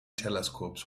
telescopes